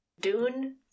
Dune